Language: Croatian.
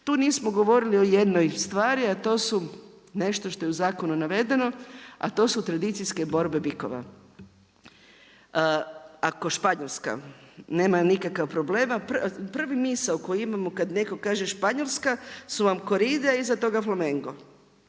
Tu nismo govorili o jednoj stvari a to su nešto što je u zakonu navedeno a to su tradicijske borbe bikova. Ako Španjolska nema nikakav problem, prva misao koju imamo kada neko kaže Španjolska su vam Korida iza toga Flamengo